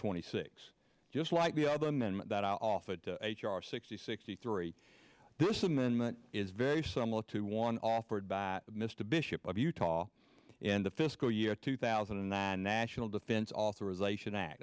twenty six just like the other men that i offered a charge sixty six three this amendment is very similar to one offered by mr bishop of utah and the fiscal year two thousand and nine national defense authorization